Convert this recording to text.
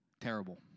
Terrible